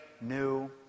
new